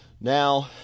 Now